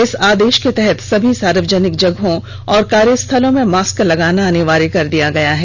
इस आदेश के तहत सभी सार्वजनिक जगहों और कार्यस्थलों में मास्क लगाना अनिवार्य कर दिया गया है